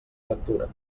lectura